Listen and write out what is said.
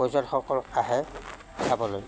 পৰ্যটকসকল আহে খাবলৈ